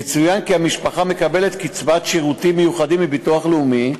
יצוין כי המשפחה מקבלת קצבת שירותים מיוחדים מהביטוח הלאומי,